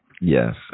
Yes